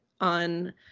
on